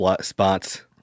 spots